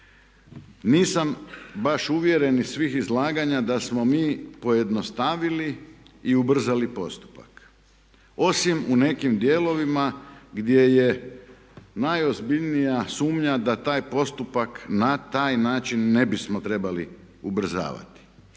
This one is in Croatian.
Nisam baš uvjeren iz svih izlaganja da smo mi pojednostavili i ubrzali postupak osim u nekim dijelovima gdje je najozbiljnija sumnja da taj postupak na taj način ne bismo trebali ubrzavati.